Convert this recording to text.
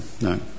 no